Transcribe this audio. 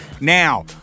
Now